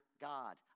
God